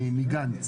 מגנץ.